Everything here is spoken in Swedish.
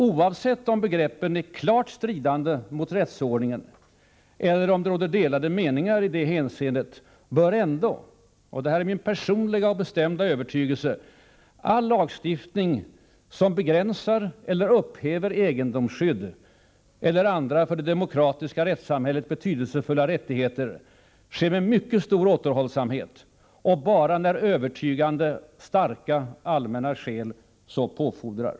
Oavsett om ingreppen är klart stridande mot rättsordningen eller om det råder delade meningar i det hänseendet, bör ändå — och det här är min personliga och bestämda övertygelse — all lagstiftning som begränsar eller upphäver egendomsskydd eller andra för det demokratiska rättssamhället betydelsefulla rättigheter ske med mycket stor återhållsamhet och bara när övertygande starka allmänna skäl så påfordrar.